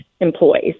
employees